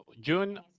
june